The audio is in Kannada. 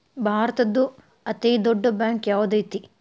ಭಾರತದ್ದು ಅತೇ ದೊಡ್ಡ್ ಬ್ಯಾಂಕ್ ಯಾವ್ದದೈತಿ?